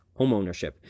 homeownership